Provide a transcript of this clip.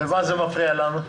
ומה זה מפריע לנו?